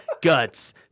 Guts